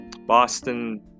Boston